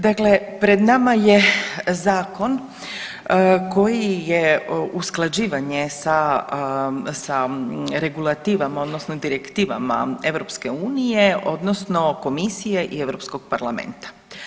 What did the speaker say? Dakle pred nama je zakon koji je usklađivanje sa regulativama odnosno direktivama EU odnosno Komisije i EU parlamenta.